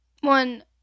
One